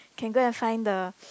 can go and find the